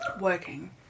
...working